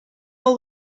all